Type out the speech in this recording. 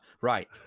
Right